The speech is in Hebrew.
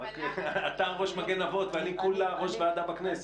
רק אתה ראש מגן אבות, ואני כולה ראש ועדה בכנסת.